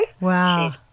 Wow